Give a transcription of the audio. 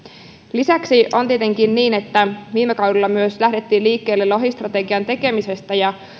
lisäksi on tietenkin niin että viime kaudella myös lähdettiin liikkeelle lohistrategian tekemisestä ja